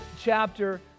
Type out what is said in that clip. chapter